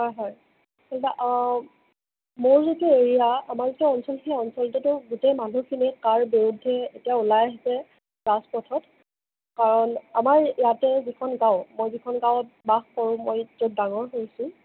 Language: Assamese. হয় হয় মোৰ যিটো এৰিয়া আমাৰ যিটো অঞ্চল সেই অঞ্চলটোতো গোটেই মানুহখিনি কাৰ বিৰুদ্ধে এতিয়া ওলাই আহিছে ৰাজপথত কাৰণ আমাৰ ইয়াতে যিখন গাঁও মই যিখন গাঁৱত বাস কৰোঁ মই য'ত ডাঙৰ হৈছোঁ